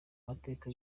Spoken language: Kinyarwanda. mateka